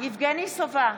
יבגני סובה,